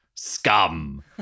Scum